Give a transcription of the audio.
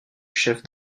chef